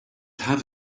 have